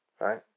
right